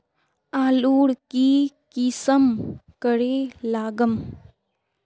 आलूर की किसम करे लागम?